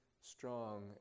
strong